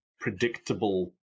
predictable